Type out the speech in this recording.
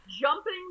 Jumping